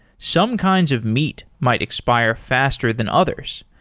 some kinds of meat might expire faster than others.